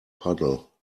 puddle